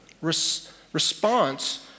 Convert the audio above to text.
response